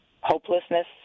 hopelessness